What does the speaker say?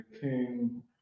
King